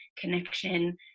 connection